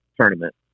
tournament